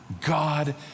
God